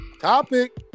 Topic